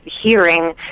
hearing